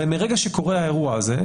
אבל מרגע שקורה האירוע הזה,